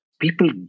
people